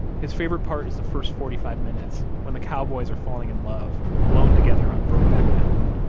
his favorite part is the first forty five minutes, when the cowboys are falling in love, alone together on brokeback mountain,